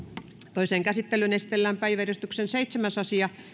toiseen käsittelyyn esitellään päiväjärjestyksen seitsemäs asia